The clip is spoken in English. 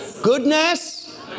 Goodness